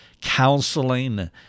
counseling